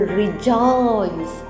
rejoice